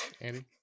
Andy